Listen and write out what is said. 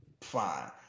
Fine